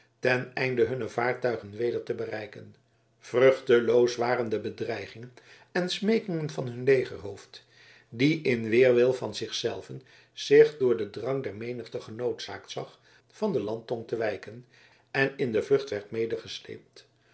ten einde hunne vaartuigen weder te bereiken vruchteloos waren de bedreigingen en smeekingen van hun legerhoofd die in weerwil van zich zelven zich door den drang der menigte genoodzaakt zag van de landtong te wijken en in de vlucht werd